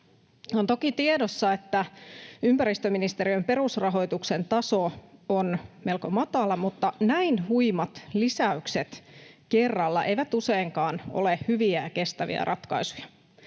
On toki tiedossa, että ympäristöministeriön perusrahoituksen taso on melko matala, mutta näin huimat lisäykset kerralla eivät useinkaan ole hyviä ja kestäviä ratkaisuja.